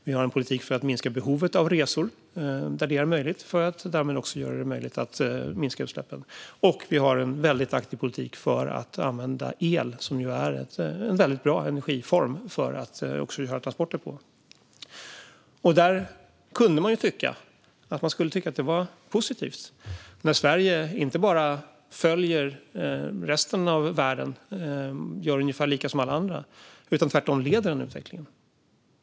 Vi har en politik för att minska behovet av resor där det är möjligt och därmed också göra det möjligt att minska utsläppen. Vi har också en väldigt aktiv politik för att använda el, som ju är en väldigt bra energiform, för att köra transporter. Man kunde ju tycka att det skulle anses positivt att Sverige inte följer resten av världen och gör ungefär lika som alla andra utan i stället leder utvecklingen.